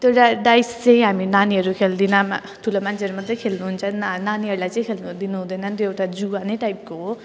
त्यो डा डाइस चाहिँ हामी नानीहरू खेल्दैनौँ ठुलो मान्छेहरू मात्रै खेल्नुहुन्छ ना नानीहरूलाई चाहिँ खेल्नु दिनुहुँदैन त्यो एउटा जुवा नै टाइपको हो